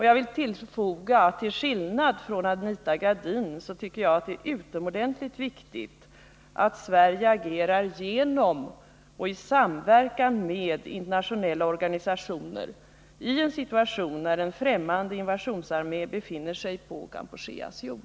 Jag vill tillfoga att till skillnad från Anita Gradin tycker jag att det är utomordentligt viktigt att Sverige agerar i samverkan med internationella organisationer i en situation då en främmande invasionsarmé befinner sig på Kampucheas jord.